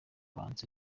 banse